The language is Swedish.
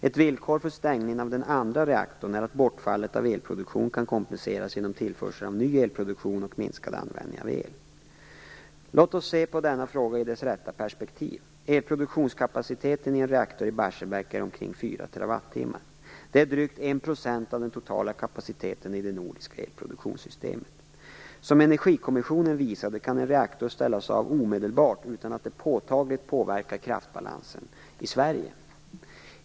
Ett villkor för stängningen av den andra reaktorn är att bortfallet av elproduktionen kan kompenseras genom tillförsel av ny elproduktion och minskad användning av el. Låt oss se på denna fråga i dess rätta perspektiv. Elproduktionskapaciteten i en reaktor i Barsebäck är omkring 4 TWh. Det är drygt en procent av den totala kapaciteten i det nordiska elproduktionssystemet. Som Energikommissionen visade, kan en reaktor ställas av omedelbart utan att det påtagligt påverkar kraftbalansen i Sverige.